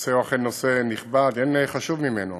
הנושא הוא אכן נושא נכבד, אין חשוב ממנו,